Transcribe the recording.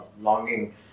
longing